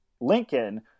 Lincoln